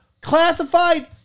classified